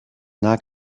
not